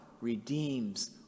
redeems